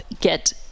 get